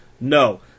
no